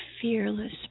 fearless